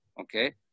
Okay